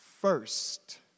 first